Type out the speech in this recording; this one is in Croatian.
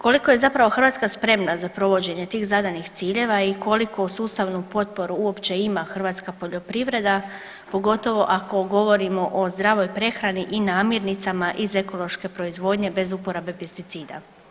Koliko je zapravo Hrvatska spremna za provođenje tih zadanih ciljeva i koliku sustavnu potporu uopće ima hrvatska poljoprivreda pogotovo ako govorimo o zdravoj prehrani i namirnicama iz ekološke proizvodnje bez uporabe pesticida.